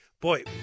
Boy